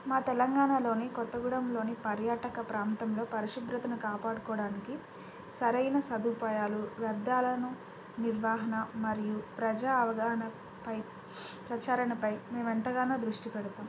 మా తెలంగాణలోని కొత్తగూడంలోని పర్యాటక ప్రాంతంలో పరిశుభ్రతను కాపాడుకోవడానికి సరైన సదుపాయాలు వ్యర్థాలను నిర్వహణ మరియు ప్రజా అవగాహనపై ప్రచారణపై మేము ఎంతగానో దృష్టి పెడతాం